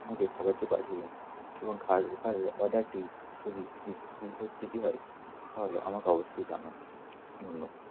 আমাকে খাবারটি পাঠিয়ে দিন এবং খাবার অর্ডারটি যদি দীর্ঘস্থিতি হয় তাহলে আমাকে অবশ্যই জানান ধন্যবাদ